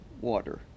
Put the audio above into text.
water